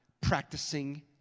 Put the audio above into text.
practicing